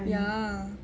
ya